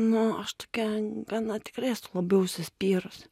nu aš tokia gana tikrai esu labai užsispyrusi